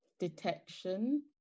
detection